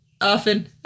often